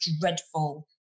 dreadful